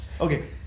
Okay